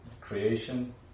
Creation